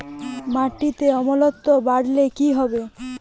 মাটিতে অম্লত্ব বাড়লে কি করব?